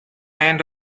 end